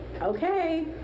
Okay